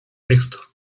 texto